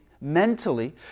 mentally